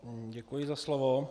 Děkuji za slovo.